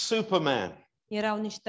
Superman